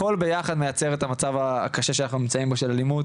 הכל ביחד מייצר את המצב הקשה שאנחנו נמצאים בו של אלימות.